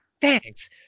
thanks